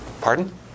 pardon